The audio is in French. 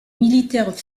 militaire